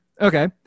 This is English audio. Okay